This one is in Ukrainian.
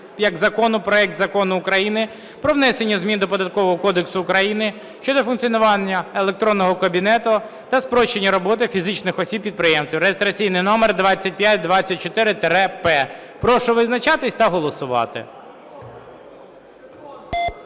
як закону проект Закону України про внесення змін до Податкового кодексу України щодо функціонування електронного кабінету та спрощення роботи фізичних осіб-підприємців" (реєстраційний номер 2524-П). Прошу визначатись та голосувати.